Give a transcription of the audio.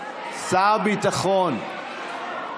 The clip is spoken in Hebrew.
שר הביטחון.